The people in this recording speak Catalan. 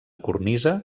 cornisa